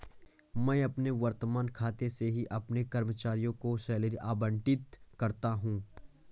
मैं अपने वर्तमान खाते से ही अपने कर्मचारियों को सैलरी आबंटित करती हूँ